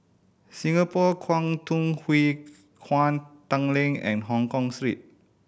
Singapore Kwangtung Hui Kuan Tanglin and Hongkong Street